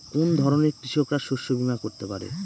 কোন ধরনের কৃষকরা শস্য বীমা করতে পারে?